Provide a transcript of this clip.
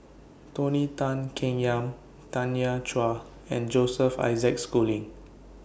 Tony Tan Keng Yam Tanya Chua and Joseph Isaac Schooling